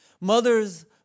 Mothers